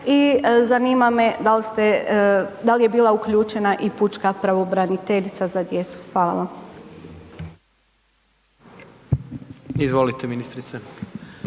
me da li ste, da li je bila uključena i pučka pravobraniteljica za djecu? Hvala vam. **Jandroković,